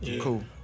cool